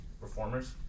performers